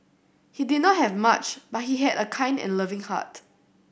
he did not have much but he had a kind and loving heart